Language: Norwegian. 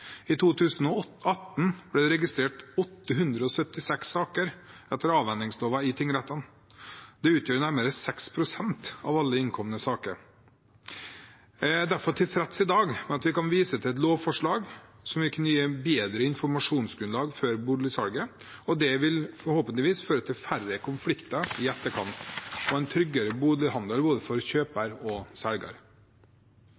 I 2018 ble det registrert 876 saker etter avhendingsloven i tingrettene. Det utgjør nærmere 6 pst. av alle innkomne saker. Jeg er derfor i dag tilfreds med at vi kan vise til et lovforslag som vil kunne gi bedre informasjonsgrunnlag før boligsalget, og det vil forhåpentligvis føre til færre konflikter i etterkant og en tryggere bolighandel for både